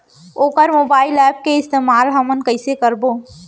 वोकर mobile app के इस्तेमाल हमन कइसे करबो?